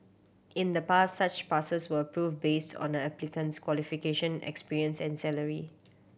in the past such passes were approved based on a applicant's qualification experience and salary